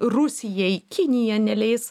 rusijai kinija neleis